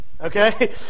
okay